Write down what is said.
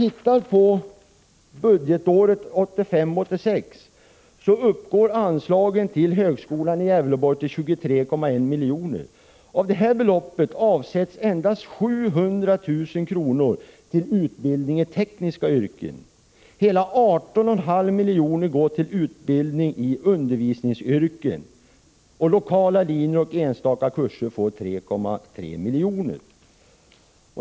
För budgetåret 1985/86 uppgår anslaget till högskolan i Gävleborg till 23,1 milj.kr. Av detta belopp avsätts endast 700 000 kr. till utbildning i tekniska yrken. Hela 18,5 milj.kr. går till utbildning i undervisningsyrken. Lokala linjer och enstaka kurser får 3,3 miljoner.